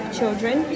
children